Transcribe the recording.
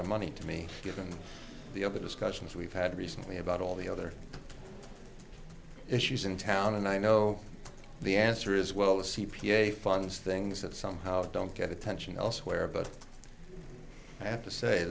of money to me given the other discussions we've had recently about all the other issues in town and i know the answer is well the c p a funds things that somehow don't get attention elsewhere but i have to say